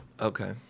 Okay